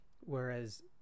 whereas